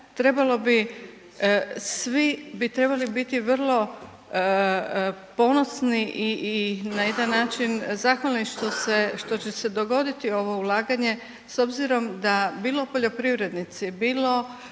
trebalo bi, svi bi trebali biti vrlo ponosno i na jedan način zahvalni što će se dogoditi ovo ulaganje s obzirom da bilo poljoprivrednici,